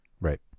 right